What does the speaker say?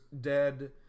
dead